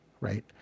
right